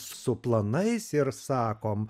su planais ir sakom